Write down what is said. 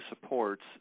supports